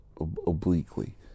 obliquely